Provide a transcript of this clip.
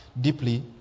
deeply